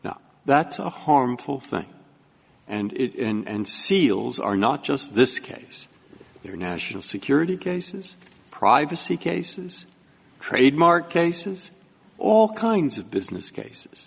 now that's a harmful thing and it and seals are not just this case there are national security cases privacy cases trademark cases all kinds of business cases